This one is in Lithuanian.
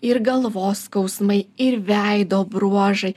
ir galvos skausmai ir veido bruožai